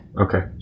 Okay